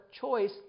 choice